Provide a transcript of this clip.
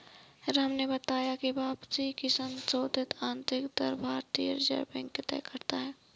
राम ने बताया की वापसी की संशोधित आंतरिक दर भारतीय रिजर्व बैंक तय करता है